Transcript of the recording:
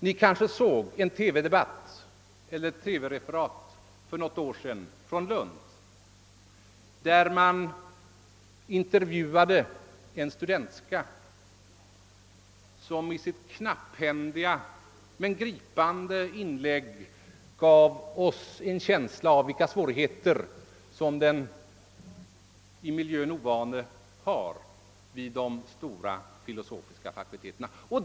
Ni kanske såg en TV-debatt eller ett TV-referat från Lund för något år sedan, där man intervjuade en studentska, som i sitt knapphändiga men gripande inlägg gav oss en stark känsla av vilka svårigheter som den i miljön ovane har vid de stora fakulteterna.